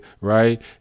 right